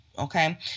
Okay